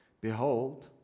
Behold